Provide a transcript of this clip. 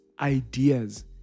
ideas